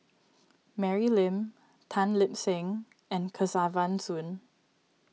Mary Lim Tan Lip Seng and Kesavan Soon